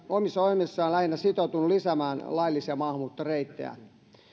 omissa ohjelmissaan lähinnä sitoutunut lisäämään laillisia maahanmuuttoreittejä